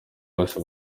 bose